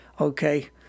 okay